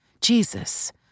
Jesus